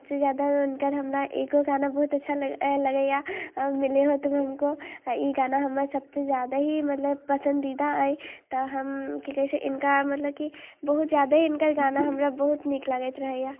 सबसँ ज्यादा हुनकर हम ने एगो गाना बहुत अच्छा अइ लगैए मिले हो तुम हमको ई गाना हमर सबसे ज्यादा ही मतलब पसन्दीदा अछि तऽ हम कि कहै छै हिनका मतलब कि बहुत ज्यादे हिनकर गाना हमरा बहुत नीक लागैत रहैए